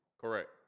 Correct